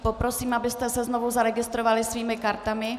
Poprosím, abyste se znovu zaregistrovali svými kartami.